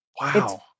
Wow